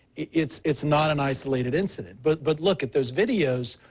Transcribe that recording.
it's it's not an isolated incident. but but look at those videos,